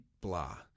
blah